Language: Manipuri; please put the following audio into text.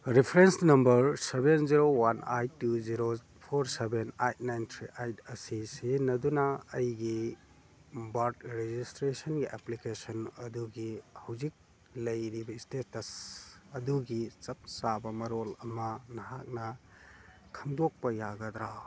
reference number seven zero one eight two zero four seven eight nine three eight ꯑꯁꯤ ꯁꯤꯖꯤꯟꯅꯗꯨꯅ ꯑꯩꯒꯤ ꯕꯥꯔꯠ ꯔꯦꯖꯤꯁꯇ꯭ꯔꯦꯁꯟꯒꯤ ꯑꯦꯄ꯭ꯂꯤꯀꯦꯁꯟ ꯑꯗꯨꯒꯤ ꯍꯧꯖꯤꯛ ꯂꯩꯔꯤꯕ ꯁ꯭ꯇꯦꯇꯁ ꯑꯗꯨꯒꯤ ꯆꯞ ꯆꯥꯕ ꯃꯔꯣꯜ ꯑꯃ ꯅꯍꯥꯛꯅ ꯈꯪꯗꯣꯛꯄ ꯌꯥꯒꯗ꯭ꯔꯥ